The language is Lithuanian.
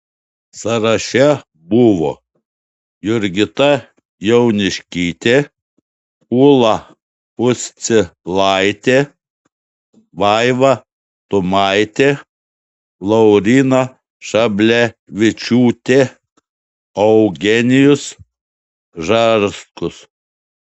sąraše buvo jurgita jauniškytė ūla uscilaitė vaiva tumaitė lauryna šablevičiūtė eugenijus žarskus